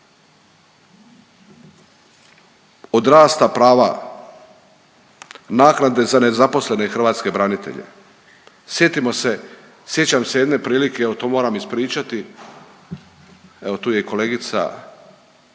od rasta prava, naknade za nezaposlene hrvatske branitelje. Sjetimo se, sjećam se jedne prilike evo to moram ispričati, evo tu je i kolegica